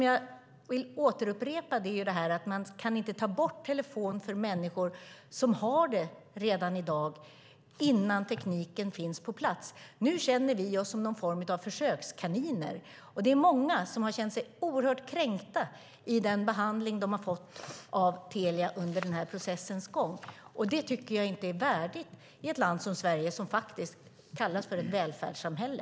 Jag upprepar dock att man inte kan ta bort telefonen för människor innan tekniken finns på plats. Nu känner vi oss som försökskaniner, och många har känt sig kränkta av Telias behandling under processens gång. Det är inte värdigt ett land som Sverige som kallas för ett välfärdssamhälle.